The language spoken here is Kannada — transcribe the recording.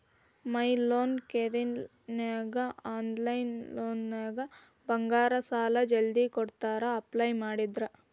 ಮೈ ಲೋನ್ ಕೇರನ್ಯಾಗ ಆನ್ಲೈನ್ನ್ಯಾಗ ಬಂಗಾರ ಸಾಲಾ ಜಲ್ದಿ ಕೊಡ್ತಾರಾ ಅಪ್ಲೈ ಮಾಡಿದ್ರ